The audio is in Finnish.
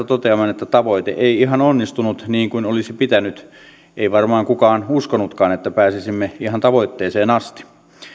toteamaan että tavoite ei ihan onnistunut niin kuin olisi pitänyt ei varmaan kukaan uskonutkaan että pääsisimme ihan tavoitteeseen asti